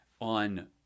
on